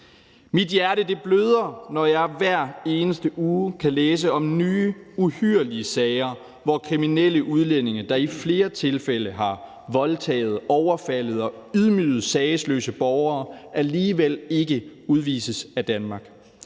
Mit hjerte bløder, når jeg hver eneste uge kan læse om nye uhyrlige sager, hvor kriminelle udlændinge, der i flere tilfælde har voldtaget, overfaldet og ydmyget sagesløse borgere, alligevel ikke udvises af Danmark.